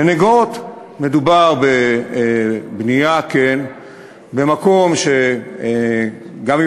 בנגוהות מדובר בבנייה במקום שגם אם